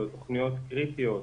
ותוכניות קריטיות,